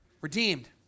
redeemed